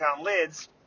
lids